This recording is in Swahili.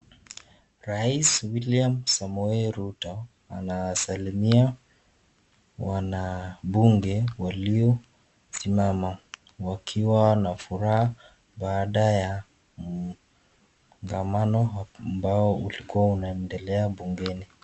Rais William Samoei Ruto anaasalimia wanabunge waliosimama wakiwa na furaha baada ya kongamano ambao ulikuwa unaendelea bungeni.